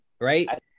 Right